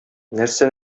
нәрсә